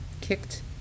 kicked